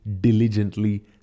diligently